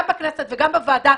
גם בכנסת וגם בוועדה.